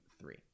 three